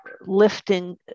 lifting